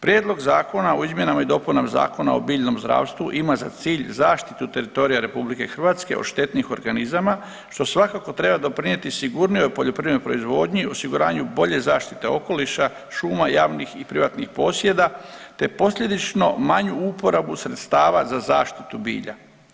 Prijedlog zakona o izmjenama i dopunama Zakona o biljnom zdravstvu ima za cilj zaštitu teritorija RH od štetnih organizama što svakako treba doprinijeti sigurnijoj poljoprivrednoj proizvodnji, osiguranju bolje zaštite okoliša, šuma, javnih i privatnih posjeda, te posljedično manju uporabu sredstava za zaštitu bilja.